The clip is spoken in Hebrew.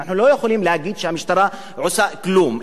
אנחנו לא יכולים להגיד שהמשטרה לא עושה כלום,